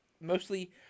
Mostly